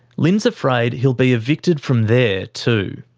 lyn's afraid he'll be evicted from there too.